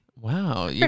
Wow